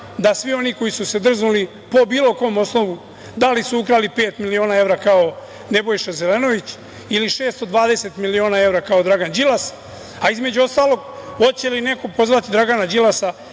da svi oni koji su se drznuli po bilo kom osnovu, da li su ukrali pet miliona evra kao Nebojša Zelenović ili 620 miliona evra kao Dragan Đilas, a između ostalog, hoće li neko pozvati Dragana Đilasa